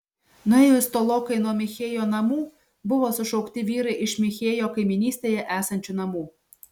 nuėjus tolokai nuo michėjo namų buvo sušaukti vyrai iš michėjo kaimynystėje esančių namų